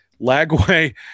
lagway